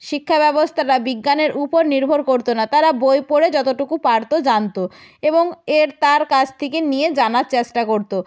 শিক্ষা ব্যবস্থাটা বিজ্ঞানের উপর নির্ভর করত না তারা বই পড়ে যতটুকু পারত জানত এবং এর তার কাছ থেকে নিয়ে জানার চেষ্টা করত